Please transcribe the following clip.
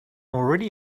already